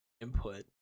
input